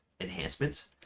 enhancements